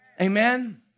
Amen